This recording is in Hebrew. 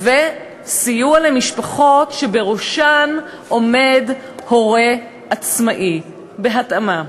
ו"סיוע למשפחות שבראשן עומד הורה עצמאי" בהתאמה.